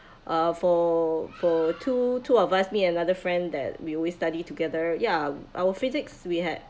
uh for for two two of us me and another friend that we always study together ya our physics we had